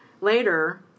Later